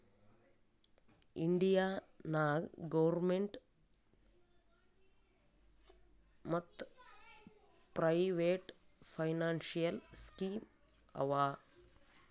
India ನಾಗ್ government ಮತ್ private financial scheme ಆವಾ